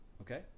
Okay